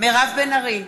מירב בן ארי,